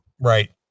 right